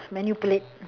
manipulate